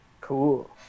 Cool